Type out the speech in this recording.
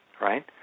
right